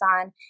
on